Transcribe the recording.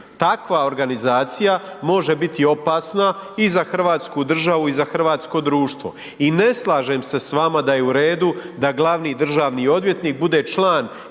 Takva organizacija može biti opasna i za hrvatsku državu i za hrvatsko društvo i ne slažem se s vama da je u redu da glavni državno odvjetnik bude član